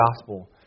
gospel